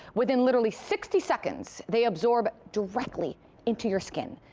within literally sixty seconds they absorb directly into your skin.